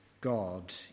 God